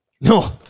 No